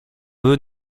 vœu